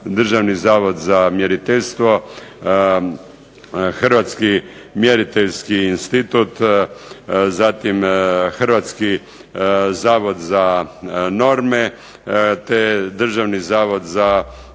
Državni zavod za mjeriteljstvo, Hrvatski mjeriteljski institut, zatim Hrvatski zavod za norme, te Državni zavod za